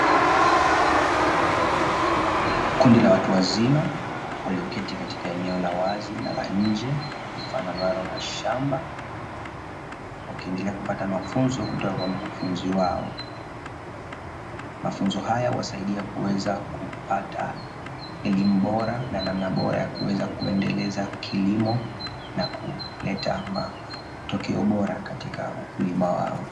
Kundi la watu wazima walioketi katika eneo la wazi na la nje lifananalo na shamba, wakiendelea kupata mafunzo kutoka kwa mkufunzi wao, mafunzo haya huwasaidia kuweza kupata elimu bora na namna bora ya kuweza kuendeleza kilimo na kuleta matokeo bora katika ukulima wao.